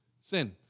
sin